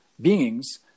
beings